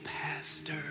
Pastor